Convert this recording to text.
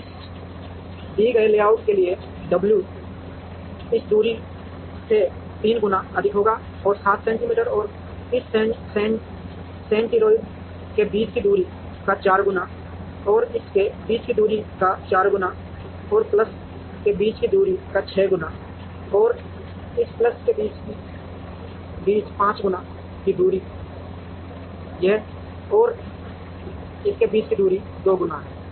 तो इस दिए गए लेआउट के लिए w इस दूरी से 3 गुना अधिक होगा और 7 सेंटीमीटर और इस सेंटीरोइड के बीच की दूरी का 4 गुना और इस के बीच की दूरी का 4 गुना और प्लस के बीच की दूरी का 6 गुना और इस प्लस के बीच 5 गुना की दूरी यह और यह और इसके बीच की दूरी 2 गुना है